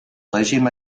régime